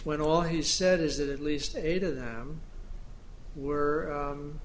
when all he said is that at least eight of them were